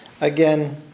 Again